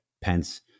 Pence